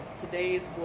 today's